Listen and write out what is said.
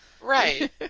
Right